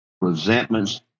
Resentments